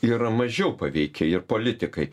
yra mažiau paveiki ir politikai